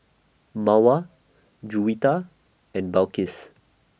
Mawar Juwita and Balqis